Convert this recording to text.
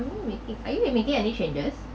are you making are you making any changes